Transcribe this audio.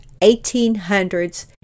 1800s